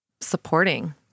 supporting